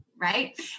Right